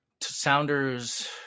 Sounders